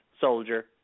soldier